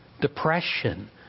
depression